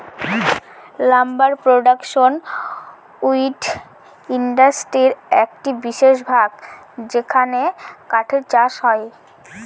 lumber production wood ইন্ডাস্ট্রির একটি বিশেষ ভাগ যেখানে কাঠের চাষ হয়